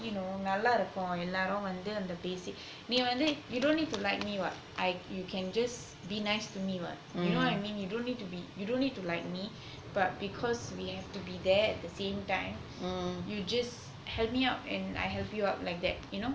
you know நல்லா இருக்கும் எல்லாரும் வந்து அந்த:nalla irukkum ellarum vanthu antha basic நீ வந்து:nee vanthu you don't need to like me what I you can just be nice to me what you know what I mean you don't need to like me but because we need to be there at the same time you just help me up and I help you up like that